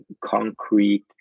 concrete